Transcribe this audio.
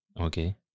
Okay